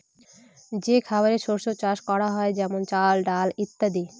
যে খাবারের শস্য চাষ করা হয় যেমন চাল, ডাল ইত্যাদি